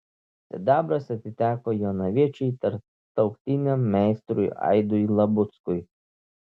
sidabras atiteko jonaviečiui tarptautiniam meistrui aidui labuckui